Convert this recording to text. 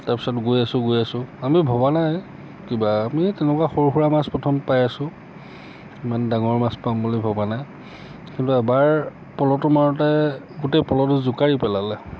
তাৰ পিছত গৈ আছোঁ গৈ আছোঁ আমি ভবা নাই কিবা আমি এই তেনেকুৱা সৰু সুৰা মাছ প্ৰথম পাই আছো ইমান ডাঙৰ মাছ পাম বুলি ভবা নাই কিন্তু এবাৰ পলহটো মাৰোঁতে গোটেই পলহটো জোকাৰি পেলালে